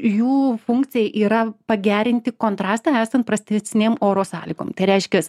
jų funkcija yra pagerinti kontrastą esant prastesnėm oro sąlygom tai reiškias